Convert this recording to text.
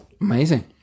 Amazing